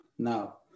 Now